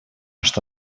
что